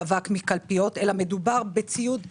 אבק מקלפיות אלא מדובר בציוד טכנולוגי.